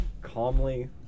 calmly